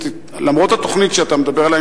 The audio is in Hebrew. למרות התוכנית שאתה מדבר עליה,